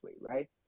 right